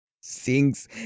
sings